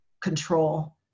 control